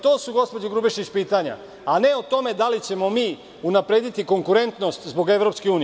To su, gospođo Grubješić, pitanja, a ne o tome da li ćemo mi unaprediti konkurentnost zbog EU?